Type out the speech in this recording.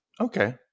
Okay